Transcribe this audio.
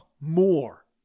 more